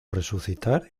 resucitar